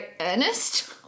earnest